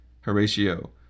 Horatio